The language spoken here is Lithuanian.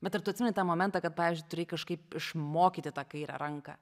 bet ar tu atsimeni tą momentą kad pavyzdžiui turėjai kažkaip išmokyti tą kairę ranką